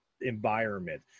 environment